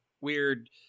weird